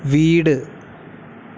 വീട്